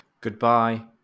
Goodbye